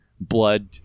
blood